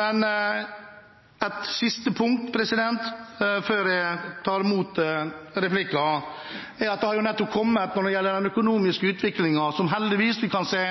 Men et siste punkt før jeg tar imot replikker, gjelder den økonomiske utviklingen, der vi heldigvis kan se